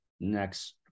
next